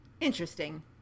Interesting